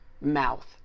mouth